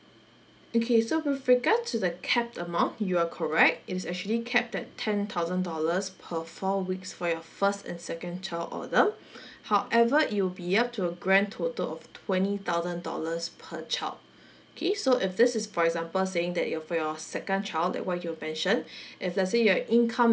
okay so with regards to the capped amount you are correct it's actually capped at ten thousand dollars per four weeks for your first and second child order however it will be up to a grand total of twenty thousand dollars per child okay so if this is for example saying that your for your second child that what you've mention if let's say your income